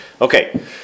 Okay